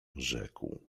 rzekł